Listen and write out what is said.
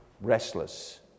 restless